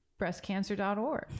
breastcancer.org